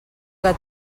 que